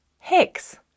Hex